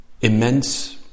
immense